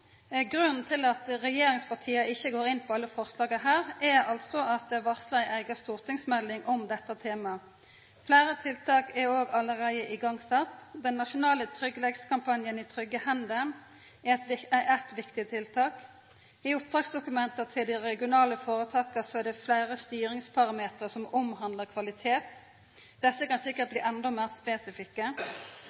Grunnen til at regjeringspartia ikkje går inn på alle forslaga her, er altså at det er varsla ei eiga stortingsmelding om dette temaet. Fleire tiltak er òg allereie sette i gang. Den nasjonale tryggleikskampanjen «I trygge hender» er eitt viktig tiltak. I oppdragsdokumenta til dei regionale føretaka er det fleire styringsparametrar som omhandlar kvalitet. Desse kan sikkert bli endå meir spesifikke.